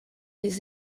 les